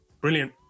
brilliant